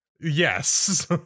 Yes